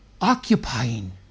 Occupying